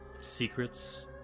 secrets